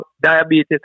diabetes